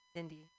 Cindy